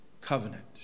Covenant